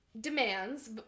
demands